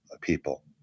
people